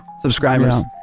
...subscribers